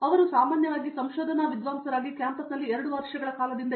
ಅವರು ಸಾಮಾನ್ಯವಾಗಿ ಸಂಶೋಧನಾ ವಿದ್ವಾಂಸರಾಗಿ ಕ್ಯಾಂಪಸ್ನಲ್ಲಿ 2 ವರ್ಷಗಳ ಕಾಲ ಕಳೆದಿದ್ದಾರೆ